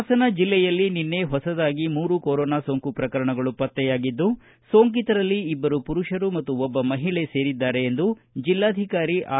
ಪಾಸನ ಜಿಲ್ಲೆಯಲ್ಲಿ ನಿನ್ನೆ ಹೊಸದಾಗಿ ಮೂರು ಕೊರೋನಾ ಸೋಂಕು ಪ್ರಕರಣಗಳು ಪತ್ತೆಯಾಗಿದ್ದು ಸೋಂಕಿತರಲ್ಲಿ ಇಬ್ಬರು ಪುರುಷರು ಮತ್ತು ಒಬ್ಬ ಮಹಿಳೆ ಸೇರಿದ್ದಾರೆ ಎಂದು ಜಿಲ್ಲಾಧಿಕಾರಿ ಆರ್